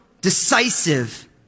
decisive